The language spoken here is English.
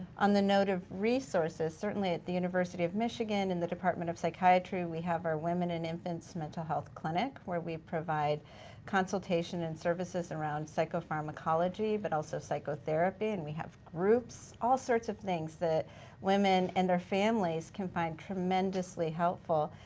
on the note of resources, certainly at the university of michigan and the department of psychiatry, we have our women and infant's mental health clinic, where we provide consultation and service around psychopharmacology psychopharmacology but also psychotherapy and we have groups. all sorts of things that women and their families can find tremendously helpful.